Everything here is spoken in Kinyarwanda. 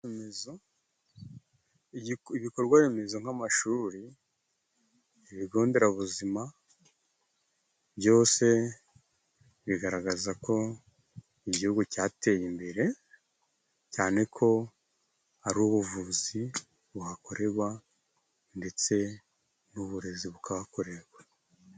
Ibikorwa remezo nk'amashuri, ibigo nderabuzima, byose bigaragaza ko igihugu cyateye imbere cyane ko ari ubuvuzi buhakorerwa ndetse n'uburezi bukahakorerwa.